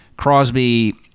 Crosby